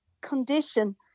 condition